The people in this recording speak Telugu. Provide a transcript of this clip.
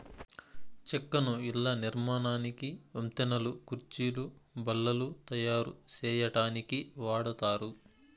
చెక్కను ఇళ్ళ నిర్మాణానికి, వంతెనలు, కుర్చీలు, బల్లలు తాయారు సేయటానికి వాడతారు